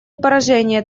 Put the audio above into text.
поражения